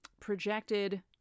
projected